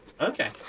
Okay